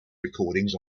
recordings